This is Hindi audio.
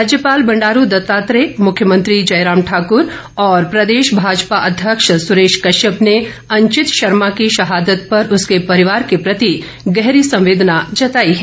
राज्यपाल बंडारू दत्तात्रेय मुख्यमंत्री जयराम ठाकुर और प्रदेश भाजपा अध्यक्ष सुरेश कश्यप ने अंचित शर्मा की शहादत पर उसके परिवार के प्रति गहरी संवेदना जताई है